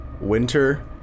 Winter